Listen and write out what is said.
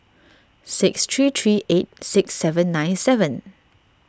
six three three eight six seven nine seven